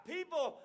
People